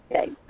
Okay